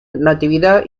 natividad